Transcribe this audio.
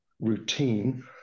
routine